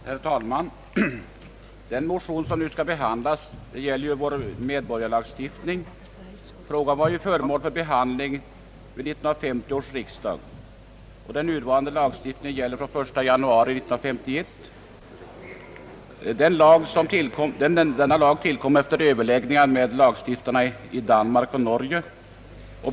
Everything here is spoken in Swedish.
Herr talman! Den motion som nu skall behandlas gäller vår medborgarskapslagstiftning. Frågan var föremål för behandling vid 1950 års riksdag, och den nuvarande lagstiftningen gäller från den 1 januari 1951. 1950 års lag tillkom efter överläggningar med lagstiftarna i Danmark och Norge.